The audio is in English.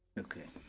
okay.